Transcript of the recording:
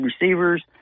receivers